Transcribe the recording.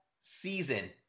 season